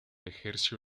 ejerció